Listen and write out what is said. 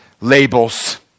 labels